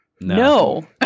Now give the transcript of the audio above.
No